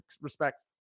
respects